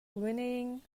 whinnying